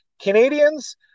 Canadians